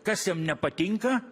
kas jam nepatinka